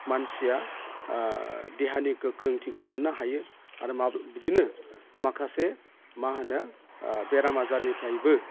मानसिया देहानि गोख्रोंथिखौ मोननो हायो आरो बिदिनो माखासे मा होनो बेराम आजारनिफ्रायबो